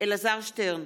אלעזר שטרן,